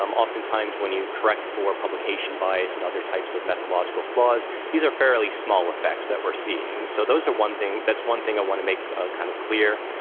um oftentimes, when you correct for publication bias and other types of methodological flaws, these are fairly small effects that we're seeing. so, those are one thing that's one thing i want to make ah kind of clear.